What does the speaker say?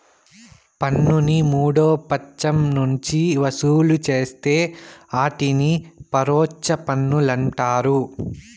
పన్నుని మూడో పచ్చం నుంచి వసూలు చేస్తే ఆటిని పరోచ్ఛ పన్నులంటారు